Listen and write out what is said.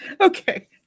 Okay